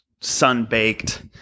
sun-baked